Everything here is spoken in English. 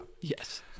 Yes